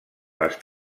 les